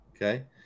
Okay